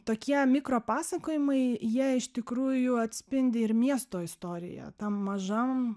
tokie mikropasakojimai jie iš tikrųjų atspindi ir miesto istoriją tam mažam